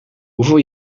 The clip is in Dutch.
hoeveel